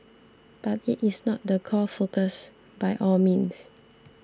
but it is not the core focus by all means